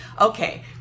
okay